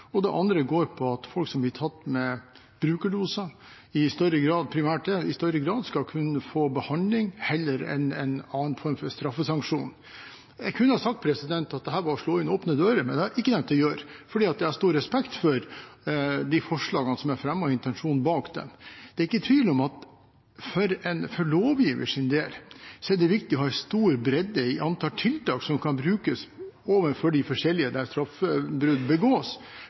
og det andre går på at folk som blir tatt med brukerdoser, primært de, i større grad skal kunne få behandling heller enn en form for straffesanksjon. Jeg kunne ha sagt at dette var å slå inn åpne dører, men det har jeg ikke tenkt å gjøre, for jeg har stor respekt for de forslagene som er fremmet, og intensjonen bak dem. Det er ikke tvil om at for lovgiveren er det viktig å ha stor bredde i antall tiltak som kan brukes overfor de forskjellige der lovbrudd begås.